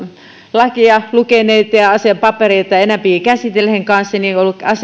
lakia lukeneiden ja ja asiapapereita enempi käsitelleiden kanssa niin